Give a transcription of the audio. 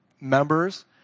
members